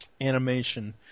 animation